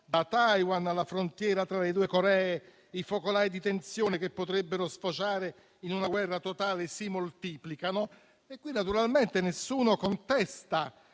da Taiwan alla frontiera tra le due Coree; i focolai di tensione che potrebbero sfociare in una guerra totale si moltiplicano, e qui naturalmente nessuno contesta